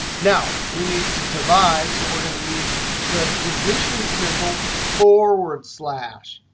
now we need to divide so we're going to use the division symbol forward slash.